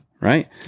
right